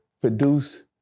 produce